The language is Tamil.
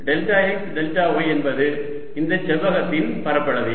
டெல்டா x டெல்டா y என்பது இந்த சிறிய செவ்வகத்தின் பரப்பளவே